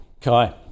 Kai